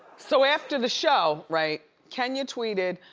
so after the show, right, kenya tweeted,